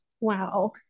Wow